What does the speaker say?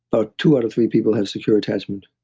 about two out of three people have secure attachment,